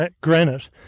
granite